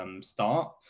start